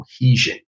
cohesion